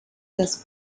das